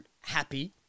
happy